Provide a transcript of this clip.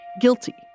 guilty